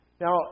Now